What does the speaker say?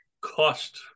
cost